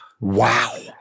Wow